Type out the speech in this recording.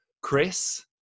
Chris